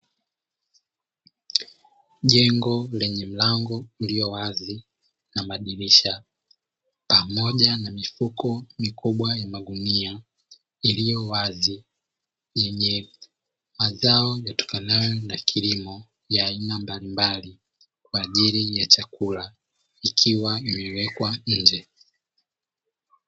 Jengo lenye milango iliyo wazi na madirisha pamoja na mifuko mikubwa ya magunia, iliyo wazi yenye mazao yatokanayo na kilimo ya aina mbalimbali kwaajili ya chakula vikiwa vimewekwa nje.